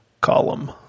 column